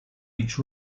each